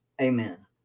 amen